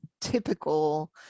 typical